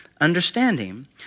understanding